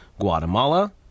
Guatemala